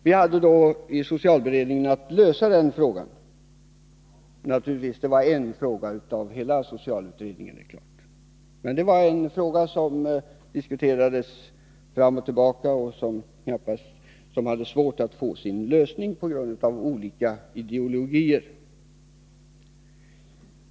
Vi hade då i socialberedningen att lösa den frågan, naturligtvis som en fråga av många, och den diskuterades fram och tillbaka. Det var på grund av olika ideologier svårt att komma fram till en lösning.